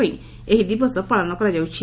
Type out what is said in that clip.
ପାଇଁ ଏହି ଦିବସ ପାଳନ କରାଯାଉଛି